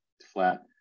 flat